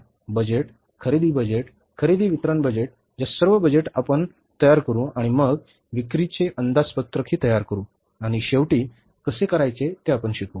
budget खरेदी budget खरेदी वितरण बजेट ज्या सर्व बजेट आपण तयार करू आणि मग विक्रीचे अंदाजपत्रकही तयार करू आणि शेवटी कसे करायचे ते आपण शिकू